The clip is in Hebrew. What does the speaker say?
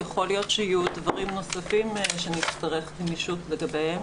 יכול להיות שיהיו עוד דברים נוספים שנצטרך גמישות לגביהם,